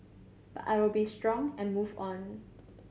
but I will be strong and move on